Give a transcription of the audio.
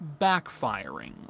backfiring